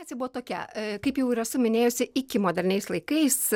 nes ji buvo tokia kaip jau ir esu minėjusi iki moderniais laikais